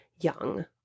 young